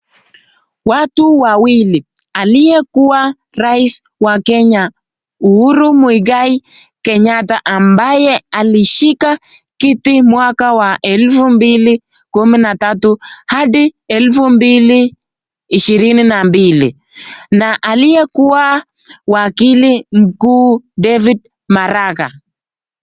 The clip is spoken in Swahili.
Watu wawili, aliyekuwa rais wa Kenya Uhuru Muigai Kenyatta ambaye alishika kiti mwaka wa elfu mbili kumi na tatu hadi elfu mbili ishirini na mbili, na aliyekuwa wakili mkuu David Maraga.